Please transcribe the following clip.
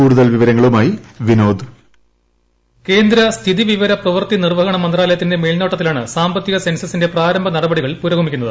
കൂടുതൽ വിവരങ്ങളുമായി വിനോദ് വോയിസ് കേന്ദ്ര സ്ഥിതി വിവര പ്രവർത്തി നിർവ്വഹണ മന്ത്രാലയത്തിന്റെ മേൽനോട്ടത്തിലാണ് സാമ്പത്തിക സെൻസസിന്റെ പ്രാരംഭ നടപടികൾ പുരോഗമിക്കുന്നത്